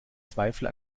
zweifel